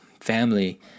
Family